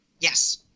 Yes